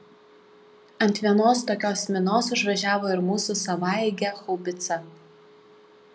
ant vienos tokios minos užvažiavo ir mūsų savaeigė haubica